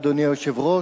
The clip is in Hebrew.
אדוני היושב-ראש,